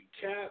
Cap